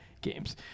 games